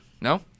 No